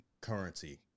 currency